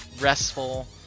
restful